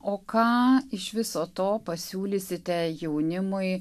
o ką iš viso to pasiūlysite jaunimui